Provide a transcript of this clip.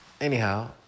anyhow